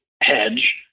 hedge